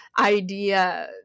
idea